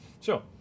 sure